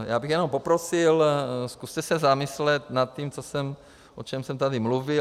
Já bych jenom poprosil, zkuste se zamyslet nad tím, o čem jsem tady mluvil.